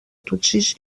tutsis